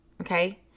Okay